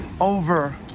over